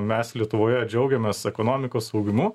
mes lietuvoje džiaugiamės ekonomikos augimu